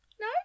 No